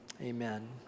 amen